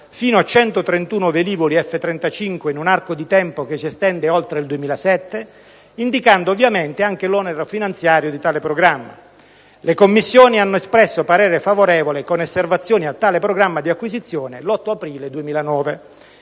fino a 131 velivoli F-35 in un arco di tempo che si estende oltre il 2027, indicando ovviamente anche l'onere finanziario di tale programma. Le Commissioni hanno espresso parere favorevole con osservazioni a tale programma di acquisizione l'8 aprile 2009.